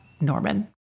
Norman